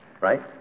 right